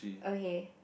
okay